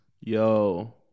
yo